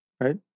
right